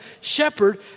shepherd